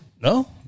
No